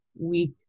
week